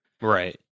Right